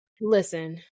listen